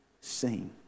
seen